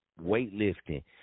weightlifting